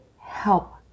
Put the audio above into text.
help